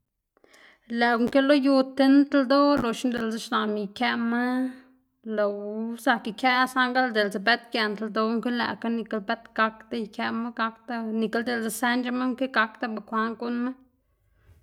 lëꞌ unki lo yu tind ldoꞌ loxna diꞌltse xlaꞌnma ikëꞌma loꞌwu zak ikëꞌ saꞌngl diꞌltse bët giend ldoꞌ guꞌn ki lëꞌkga nikl bët gak ikëꞌma gakda nikl diꞌltse zënc̲h̲ema guꞌn ki gakda bukwaꞌn guꞌnnma.